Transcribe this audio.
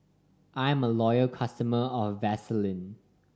I'm a loyal customer of Vaselin